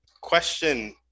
question